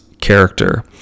character